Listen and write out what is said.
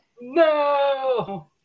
No